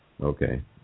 Okay